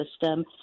system